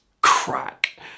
crack